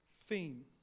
theme